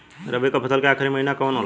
रवि फसल क आखरी महीना कवन होला?